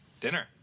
dinner